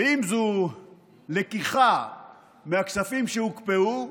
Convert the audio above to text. ואם זו לקיחה מהכספים שהוקפאו,